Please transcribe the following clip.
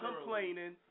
complaining